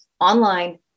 online